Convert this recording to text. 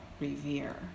Revere